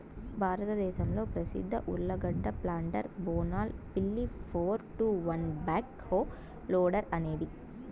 భారతదేశంలో ప్రసిద్ధ ఉర్లగడ్డ ప్లాంటర్ బోనాల్ పిల్లి four two one backhoe loader అనేది